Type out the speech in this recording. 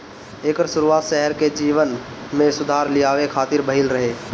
एकर शुरुआत शहर के जीवन में सुधार लियावे खातिर भइल रहे